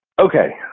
okay,